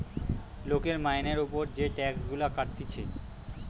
লোকের মাইনের উপর যে টাক্স গুলা কাটতিছে